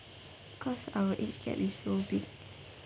cause our age gap is so big